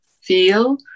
feel